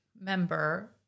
member